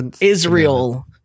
Israel